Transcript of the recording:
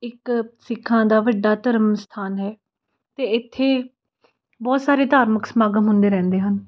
ਇੱਕ ਸਿੱਖਾਂ ਦਾ ਵੱਡਾ ਧਰਮ ਸਥਾਨ ਹੈ ਅਤੇ ਇੱਥੇ ਬਹੁਤ ਸਾਰੇ ਧਾਰਮਿਕ ਸਮਾਗਮ ਹੁੰਦੇ ਰਹਿੰਦੇ ਹਨ